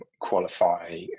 qualify